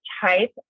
type